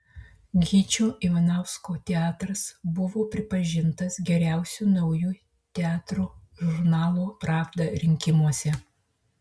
gyčio ivanausko teatras buvo pripažintas geriausiu nauju teatru žurnalo pravda rinkimuose